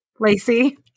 Lacey